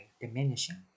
diminishing